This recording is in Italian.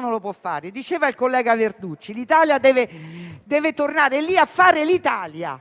non possa fare questo. Diceva il collega Verducci che l'Italia deve tornare lì a fare l'Italia;